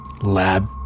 lab